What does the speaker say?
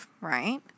right